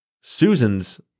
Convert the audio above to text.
Susan's